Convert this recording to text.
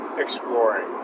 exploring